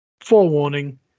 forewarning